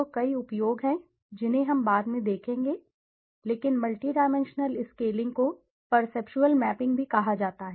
तो कई उपयोग हैं जिन्हें हम बाद में देखेंगे लेकिन मल्टी डायमेंशनल स्केलिंग को परसेपटुअल मैपिंग भी कहा जाता है